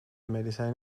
medicijn